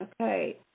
Okay